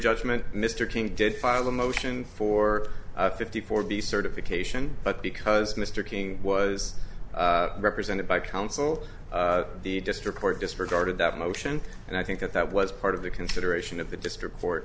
judgment mr king did file a motion for a fifty four b certification but because mr king was represented by counsel the district court disregarded that motion and i think that that was part of the consideration of the district court